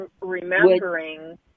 remembering